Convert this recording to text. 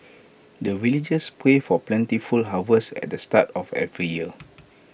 the villagers pray for plentiful harvest at the start of every year